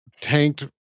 tanked